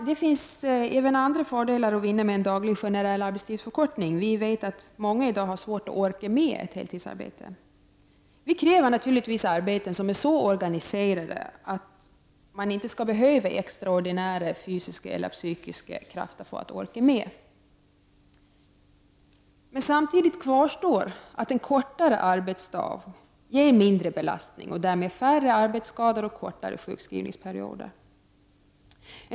Det finns även andra fördelar att vinna med en generell daglig arbetstidsförkortning. Vi vet att många i dag har svårt att orka med ett heltidsarbete. Vi kräver naturligtvis arbeten som är så organiserade att man inte skall behöva extraordinära fysiska eller psykiska krafter för att orka med. Men samtidigt kvarstår att en kortare arbetsdag ger mindre belastning och därmed färre arbetsskador och kortare sjukskrivningsperioder.